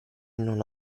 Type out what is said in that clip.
non